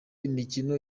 imikino